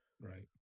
Right